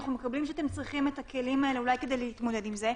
אנחנו מקבלים את זה שאתם צריכים את הכלים האלה אולי כדי להתמודד עם זה.